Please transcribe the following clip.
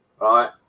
Right